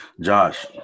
Josh